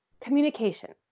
communication